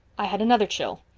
i had another chill.